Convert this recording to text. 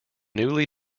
newly